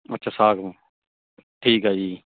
ਅੱਛਾ ਸਾਗਵਾਨ ਠੀਕ ਹੈ ਜੀ